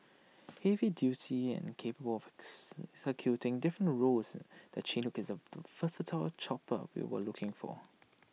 heavy duty and capable of different roles the Chinook is the versatile chopper we were looking for